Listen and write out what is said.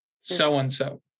so-and-so